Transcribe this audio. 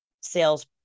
sales